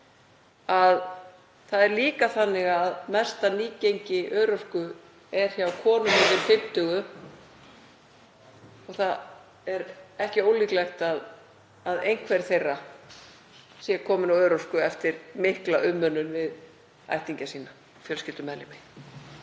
að það er líka þannig að mesta nýgengi örorku er hjá konum yfir fimmtugu. Það er ekki ólíklegt að einhver þeirra sé komin á örorku eftir mikla umönnun við ættingja sína og fjölskyldumeðlimi.